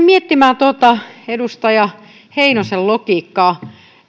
miettimään tuota edustaja heinosen logiikkaa